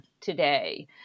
today